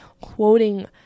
quoting